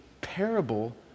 parable